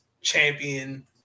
Champion